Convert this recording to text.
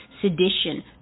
sedition